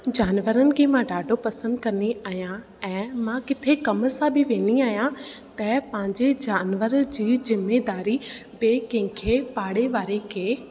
जानवरनि खे मां ॾाढो पसंदि कंदी आहियां ऐं मां किथे कम सां बि वेंदी आहियां त पंहिंजे जानवर जी ज़िमेदारी ॿिए कंहिं खे पाड़े वारे खे